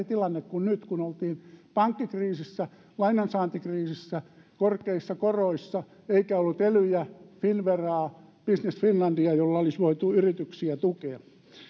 tilanne kuin nyt kun oltiin pankkikriisissä lainansaantikriisissä korkeissa koroissa eikä ollut elyjä finnveraa business finlandia joilla olisi voitu yrityksiä tukea